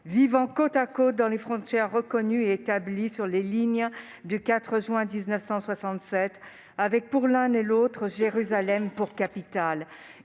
vivant côte à côte dans les frontières reconnues et établies sur les lignes du 4 juin 1967, avec pour l'un et l'autre Jérusalem pour capitale